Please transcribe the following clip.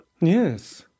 Yes